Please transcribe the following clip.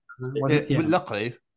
Luckily